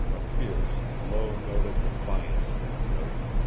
a fierce, low note of defiance in his voice.